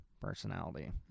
personality